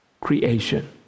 Creation